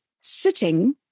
sitting